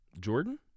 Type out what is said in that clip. Jordan